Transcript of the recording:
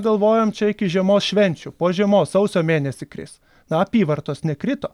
galvojam čia iki žiemos švenčių po žiemos sausio mėnesį kris apyvartos nekrito